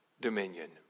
dominion